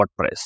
WordPress